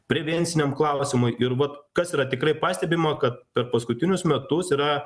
prevenciniam klausimui ir vat kas yra tikrai pastebima kad per paskutinius metus yra